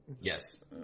Yes